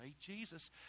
Jesus